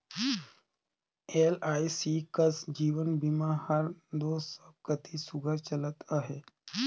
LIC कस जीवन बीमा हर दो सब कती सुग्घर चलत अहे